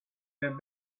their